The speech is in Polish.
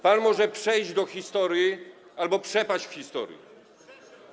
Pan może przejść do historii albo przepaść w historii.